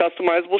customizable